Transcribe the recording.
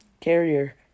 Carrier